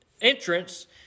entrance